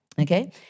okay